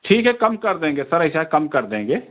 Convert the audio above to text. ठीक है कम देंगे सर ऐसा कम कर देंगे